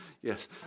yes